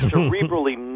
Cerebrally